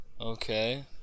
Okay